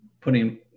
putting